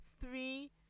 three